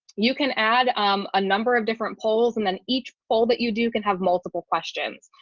you can add um a number of different polls, and then each poll that you do can have multiple questions.